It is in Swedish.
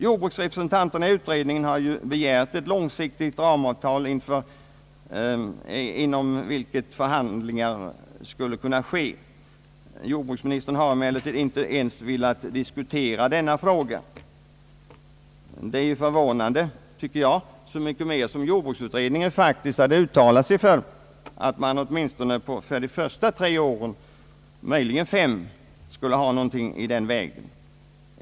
Jordbruksrepresentanterna i utredningen har begärt ett långsiktigt ramavtal, inom vilket förhandlingar skulle kunna äga rum. Jordbruksministern har emellertid inte ens velat diskutera den frågan. Detta är förvånande, tycker jag; så mycket mer som jordbruksutredningen faktiskt hade uttalat sig för att man åtminstone de första tre, eller möjligen fem, åren skulle ha någonting i den vägen.